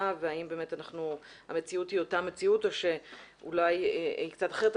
והאם באמת המציאות היא אותה מציאות או שאולי היא קצת אחרת.